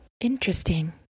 Interesting